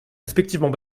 respectivement